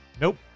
Nope